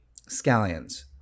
scallions